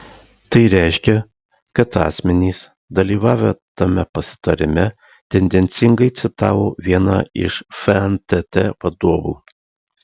tai reiškia kad asmenys dalyvavę tame pasitarime tendencingai citavo vieną iš fntt vadovų